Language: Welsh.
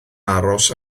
aros